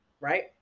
right